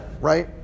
right